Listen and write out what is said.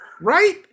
Right